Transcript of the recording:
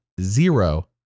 zero